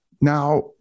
Now